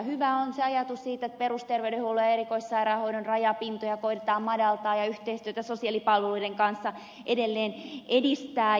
hyvä on ajatus siitä että perusterveydenhuollon ja erikoissairaanhoidon rajapintoja koe tetaan madaltaa ja yhteistyötä sosiaalipalveluiden kanssa edelleen edistää